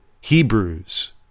Hebrews